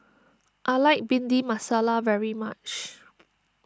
I like Bhindi Masala very much